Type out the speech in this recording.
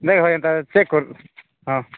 ନାଇଁ ହୁଅନ୍ତା ଚେକ୍ କର୍ ହଁ